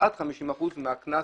עד 50% מהקנס